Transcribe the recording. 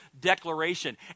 declaration